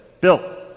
Bill